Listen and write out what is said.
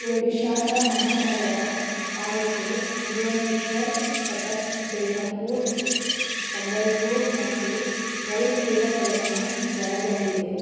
ಒಡಿಶಾದ ಮಹಾನಗರ ಪಾಲಿಕೆ ಭುವನೇಶ್ವರ್ ಕಟಕ್ ಬೆಹ್ರಪುರ್ ಸಂಬಲ್ಪುರ್ ಮತ್ತು ರೌರ್ಕೆಲಾಗಳನ್ನು ಒಳಗೊಂಡಿದೆ